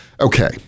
Okay